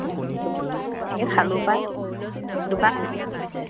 খালো পায় দোকান কেনেকে চলিছে